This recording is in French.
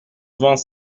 vent